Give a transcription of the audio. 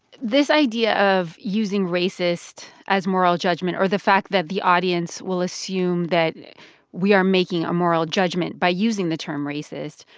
this idea of using racist as moral judgment, or the fact that the audience will assume that we are making a moral judgment by using the term racist,